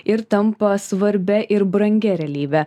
ir tampa svarbia ir brangia realybe